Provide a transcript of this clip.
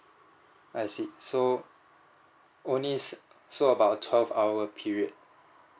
I see so only s~ so about a twelve hour period